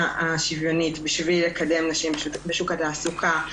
השוויונית בשביל לקדם נשים בשוק התעסוקה.